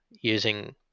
using